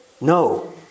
No